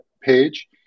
page